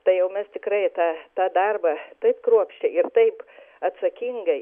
tai jau mes tikrai tą tą darbą taip kruopščiai ir taip atsakingai